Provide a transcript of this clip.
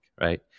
right